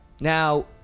Now